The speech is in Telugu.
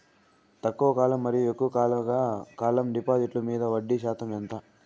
తక్కువ కాలం మరియు ఎక్కువగా కాలం డిపాజిట్లు మీద వడ్డీ శాతం ఎంత?